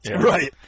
Right